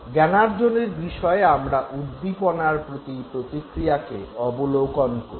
জ্ঞানার্জনের বিষয়ে আমরা উদ্দীপনার প্রতি প্রতিক্রিয়াকে অবলোকন করি